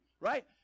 Right